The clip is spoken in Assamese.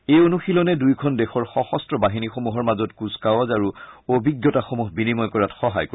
এই অনুশীলনে দুয়োখন দেশৰ সশস্ত্ৰ বাহিনীসমূহৰ মাজত কূচকাৱাজ আৰু অভিজ্ঞতাসমূহ বিনিময় কৰাত সহায় কৰিব